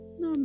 no